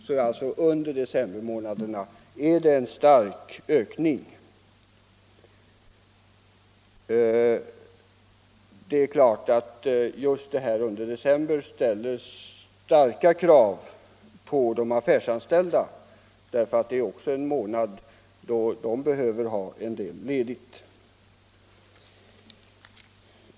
Det är alltså under decembermånaderna en stark ökning. Givetvis ställer verksamheten just under december stora krav på de affärsanställda, därför att det ju är en månad då även de behöver ha en del ledighet.